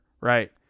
right